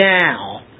now